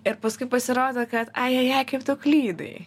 ir paskui pasirodo kad ajajaj kaip tu klydai